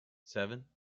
seven